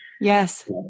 Yes